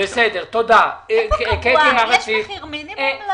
יש מחיר מינימום?